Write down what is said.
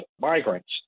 migrants